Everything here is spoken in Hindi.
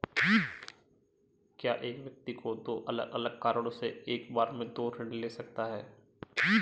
क्या एक व्यक्ति दो अलग अलग कारणों से एक बार में दो ऋण ले सकता है?